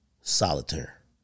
Solitaire